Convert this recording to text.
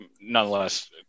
nonetheless